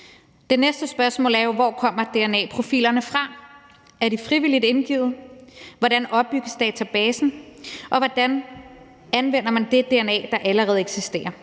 Det næste spørgsmål er jo: Hvor kommer dna-profilerne fra? Er de frivilligt indgivet? Hvordan opbygges databasen? Og hvordan anvender man det dna, der allerede eksisterer?